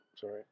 sorry